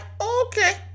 okay